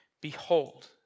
Behold